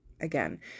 again